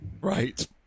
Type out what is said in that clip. Right